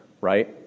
right